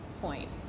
point